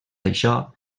això